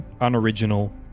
unoriginal